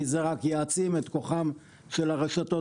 כי זה רק יעצים את כוחן של הרשתות